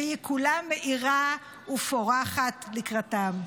והיא כולה מאירה ופורחת לקראתם.